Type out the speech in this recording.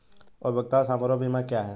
उपयोगिता समारोह बीमा क्या है?